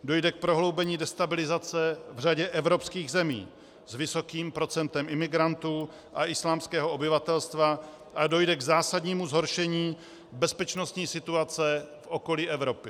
Dojde k prohloubení destabilizace v řadě evropských zemí s vysokým procentem imigrantů a islámského obyvatelstva a dojde k zásadnímu zhoršení bezpečnostní situace v okolí Evropy.